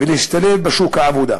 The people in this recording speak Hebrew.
ולהשתלב בשוק העבודה,